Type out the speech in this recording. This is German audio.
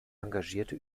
engagierte